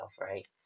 right